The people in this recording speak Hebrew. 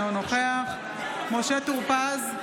אינו נוכח משה טור פז,